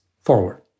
forward